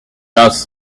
dust